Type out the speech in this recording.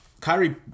Kyrie